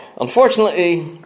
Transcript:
unfortunately